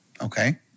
Okay